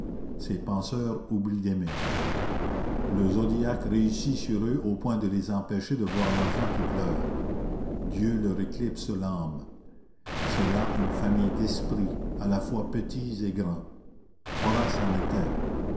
ces penseurs oublient d'aimer le zodiaque réussit sur eux au point de les empêcher de voir l'enfant qui pleure dieu leur éclipse l'âme c'est là une famille d'esprits à la fois petits et grands horace en était